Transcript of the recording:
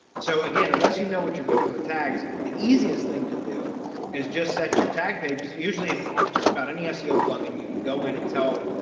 so again, unless you know what you're doing with tags, the easiest thing to do is just set your tag pages usually in um just about any seo plugin, you can go in and tell.